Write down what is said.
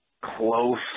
close